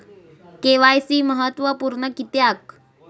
KYC महत्त्वपुर्ण किद्याक?